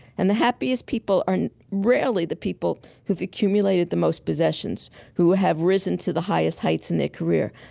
and the happiest people are rarely the people who've accumulated the most possessions, who have risen to the highest heights in their career.